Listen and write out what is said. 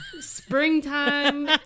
springtime